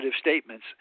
statements